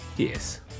Yes